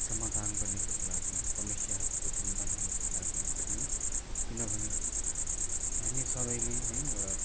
समाधान गर्नेपट्टि लाग्यौँ समस्याहरूको समाधान गर्नेपट्टि लाग्यौँ है किनभने हामी सबै नै एउटा